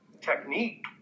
technique